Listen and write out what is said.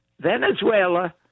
Venezuela